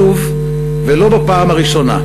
שוב, ולא בפעם הראשונה,